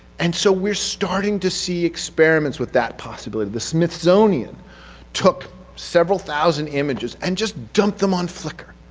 and so we're starting to see experiments with that possibility. the smithsonian took several thousand images and just dumped them on flickr,